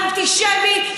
אנטישמי,